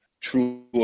true